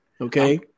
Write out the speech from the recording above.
Okay